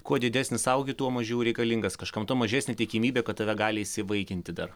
kuo didesnis augi tuo mažiau reikalingas kažkam tuo mažesnė tikimybė kad tave gali įsivaikinti dar